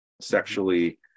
sexually